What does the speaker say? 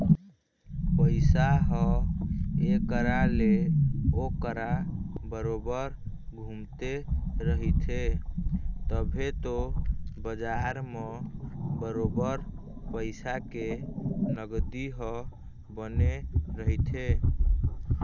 पइसा ह ऐ करा ले ओ करा बरोबर घुमते रहिथे तभे तो बजार म बरोबर पइसा के नगदी ह बने रहिथे